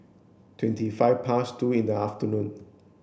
twenty five past two in the afternoon